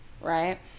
right